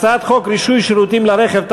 הצעת חוק רישוי שירותים לרכב,